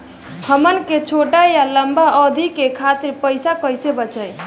हमन के छोटी या लंबी अवधि के खातिर पैसा कैसे बचाइब?